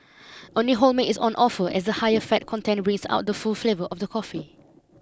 only whole milk is on offer as the higher fat content brings out the full flavour of the coffee